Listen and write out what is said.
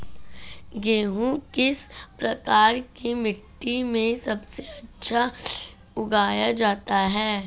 गेहूँ किस प्रकार की मिट्टी में सबसे अच्छा उगाया जाता है?